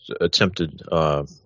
attempted